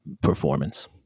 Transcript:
performance